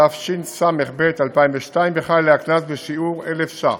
התשס"ב 2002, וחל עליה קנס בשיעור 1,000 ש"ח.